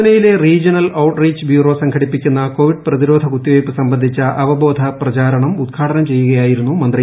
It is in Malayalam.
പൂനെയിലെ റീജിയണൽ ഔട്ട് റീച്ച് ബ്യൂറോ സംഘടിപ്പിക്കുന്ന കോവിഡ് പ്രതിരോധ കുത്തിവയ്പ്പ് സംബന്ധിച്ച അവബോധ പ്രചാരണം ഉദ്ഘാടനം ചെയ്യുകയായിരുന്നു മന്ത്രി